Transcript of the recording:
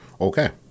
Okay